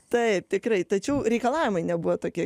taip tikrai tačiau reikalavimai nebuvo tokie